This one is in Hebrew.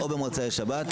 או במוצאי שבת.